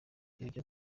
ibyo